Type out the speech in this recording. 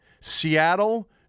Seattle